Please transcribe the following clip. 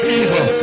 evil